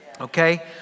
Okay